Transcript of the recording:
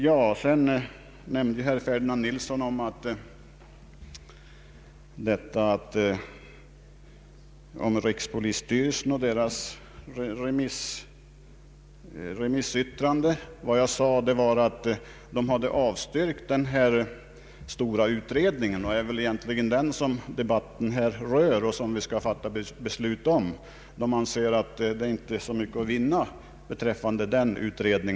Sedan nämnde herr Ferdinand Nilsson rikspolisstyrelsen och dess remissyttrande. Vad jag sade var att rikspolisstyrelsen hade avstyrkt den föreslagna stora utredningen, och det är väl egentligen den som debatten gäller och som vi skall fatta beslut om. Rikspolisstyrelsen anser det inte vara så mycket att vinna med en sådan utredning.